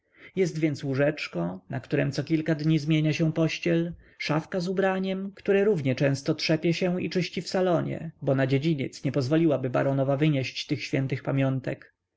jest więc łóżeczko na którem cokilka dni zmienia się pościel szafka z ubraniem które równie często trzepie się i czyści w salonie bo na dziedziniec nie pozwoliłaby baronowa wynieść tych świętych pamiątek